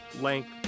length